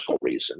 reason